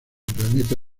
planeta